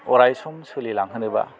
अराय सम सोलिलांहोनोबा